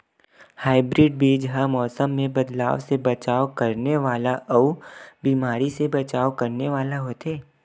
hybrid बीज हा मौसम मे बदलाव से बचाव करने वाला अउ बीमारी से बचाव करने वाला होथे